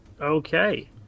Okay